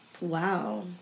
wow